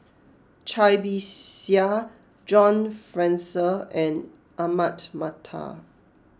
Cai Bixia John Fraser and Ahmad Mattar